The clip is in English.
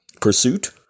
pursuit